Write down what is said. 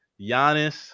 Giannis